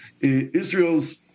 Israel's